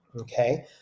Okay